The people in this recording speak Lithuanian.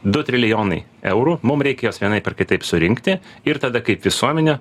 du trilijonai eurų mum reikia juos vienaip ar kitaip surinkti ir tada kaip visuomenė